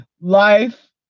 life